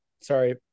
sorry